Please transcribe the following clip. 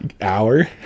Hour